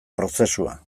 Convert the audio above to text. prozesua